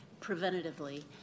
preventatively